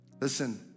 Listen